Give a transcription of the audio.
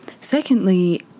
Secondly